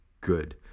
good